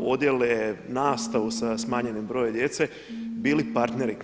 odjele, nastavu sa smanjenim brojem djece bili partneri.